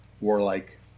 warlike